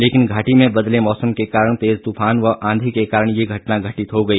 लेकिन घाटी में बदले मौसम के कारण तेज तूफान व आंधी के कारण यह घटना घटित हो गई